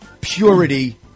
purity